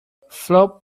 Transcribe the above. float